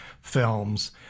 films